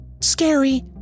scary